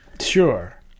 Sure